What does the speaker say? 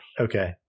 Okay